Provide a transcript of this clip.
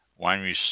Wineries